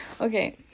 Okay